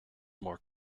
more